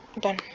done